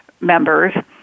members